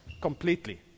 completely